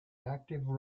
active